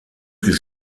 plus